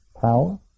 power